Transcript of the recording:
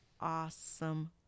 awesome